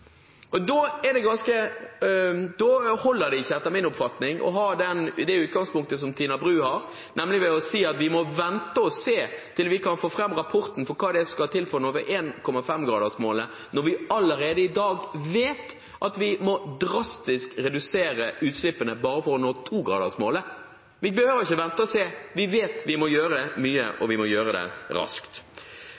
2-gradersmålet. Da holder det ikke, etter min oppfatning, å ha det utgangspunktet som Tina Bru har, at vi må vente og se til vi får fram rapporten om hva det er som skal til for å nå 1,5-gradersmålet, når vi allerede i dag vet at vi drastisk må redusere utslippene bare for å nå 2-gradersmålet. Vi behøver ikke vente og se. Vi vet at vi må gjøre mye, og